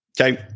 Okay